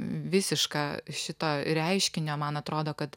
visiška šito reiškinio man atrodo kad